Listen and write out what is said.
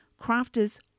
crafters